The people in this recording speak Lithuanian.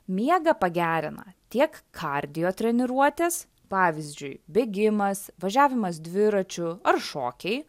miegą pagerina tiek kardijo treniruotės pavyzdžiui bėgimas važiavimas dviračiu ar šokiai